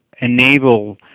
enable